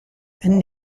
and